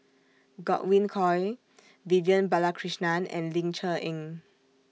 Godwin Koay Vivian Balakrishnan and Ling Cher Eng